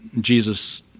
Jesus